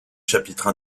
chapitres